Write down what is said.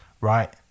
Right